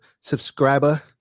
subscriber